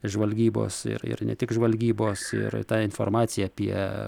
žvalgybos ir ir ne tik žvalgybos ir ta informacija apie